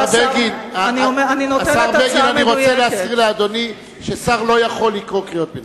אני רוצה להזכיר לאדוני ששר לא יכול לקרוא קריאות ביניים.